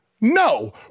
No